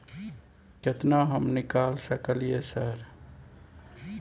केतना हम निकाल सकलियै सर?